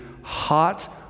hot